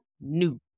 new